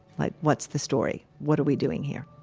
like, what's the story? what are we doing here?